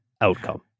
outcome